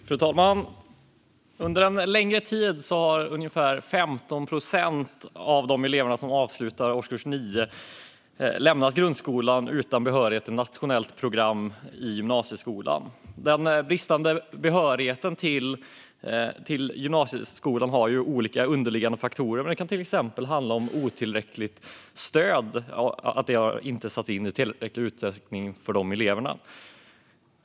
Fru talman! Under en längre tid har ungefär 15 procent av de elever som avslutat årskurs 9 lämnat grundskolan utan behörighet till ett nationellt program i gymnasieskolan. Den bristande behörigheten har olika underliggande faktorer. Det kan till exempel handla om otillräckligt stöd till eleverna.